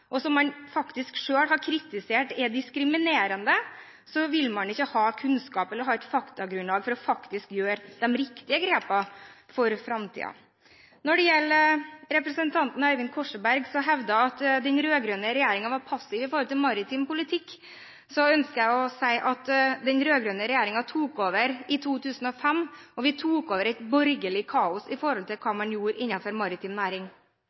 og som man faktisk selv har kritisert for å være diskriminerende, vil man ikke ha kunnskap eller ha et faktagrunnlag for å gjøre de riktige grepene for framtiden. Når det gjelder representanten Øyvind Korsberg, som hevdet at den rød-grønne regjeringen var passiv med hensyn til maritim politikk, ønsker jeg å si at den rød-grønne regjeringen tok over i 2005, og vi tok over et borgerlig kaos med tanke på hva man gjorde innenfor maritim næring.